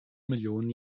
millionen